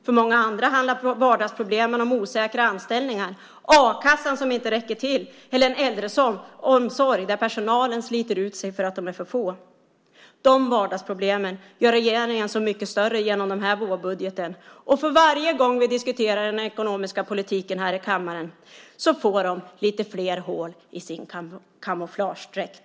För många andra handlar vardagsproblemen om osäkra anställningar, a-kassan som inte räcker till eller en äldreomsorg där personalen sliter ut sig för att de är för få. De vardagsproblemen gör regeringen mycket större genom den här vårbudgeten, och för varje gång vi diskuterar den ekonomiska politiken här i kammaren får de lite fler hål i sin kamouflagedräkt.